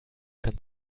kann